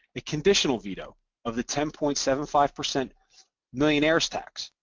a conditional veto of the ten point seven five percent millionaire's tax,